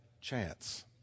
chance